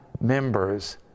members